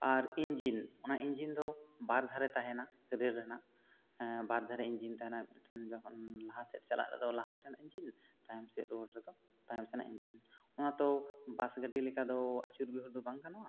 ᱟᱨ engine ᱚᱱᱟ engine ᱫᱚ ᱵᱟᱨ ᱫᱷᱟᱨᱮ ᱛᱟᱦᱮᱱᱟ ᱨᱮᱹᱞ ᱨᱮᱱᱟᱜ ᱵᱟᱨ ᱫᱷᱟᱨᱮ ᱤᱱᱡᱤᱱ ᱛᱟᱦᱮᱱᱟ ᱡᱚᱠᱷᱚᱱ ᱞᱟᱦᱟ ᱥᱮᱫ ᱪᱟᱞᱟᱜ ᱨᱮᱫᱚ ᱞᱟᱦᱟ ᱥᱮᱭᱟᱜ ᱤᱱᱡᱤᱱ ᱛᱟᱭᱚᱢ ᱥᱮᱫ ᱨᱩᱣᱟᱹᱲ ᱨᱮᱫᱚ ᱛᱟᱭᱚᱢ ᱥᱮᱭᱟᱜ ᱤᱱᱡᱤᱱ ᱱᱚᱣᱟ ᱫᱚ ᱵᱟᱥ ᱜᱟᱹᱰᱤ ᱞᱮᱠᱟ ᱫᱚ ᱟᱹᱪᱩᱨ ᱵᱤᱦᱩᱨ ᱵᱟᱝ ᱵᱟᱝ ᱜᱟᱱᱚᱜᱼᱟ